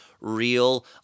real